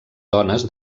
dones